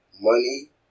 money